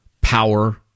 power